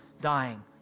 dying